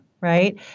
Right